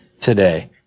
today